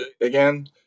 again